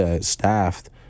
staffed